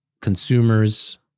consumers